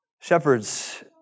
Shepherds